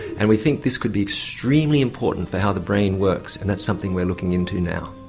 and we think this could be extremely important for how the brain works and that's something we're looking into now.